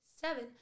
seven